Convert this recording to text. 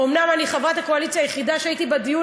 אומנם אני הייתי חברת הקואליציה היחידה בדיון,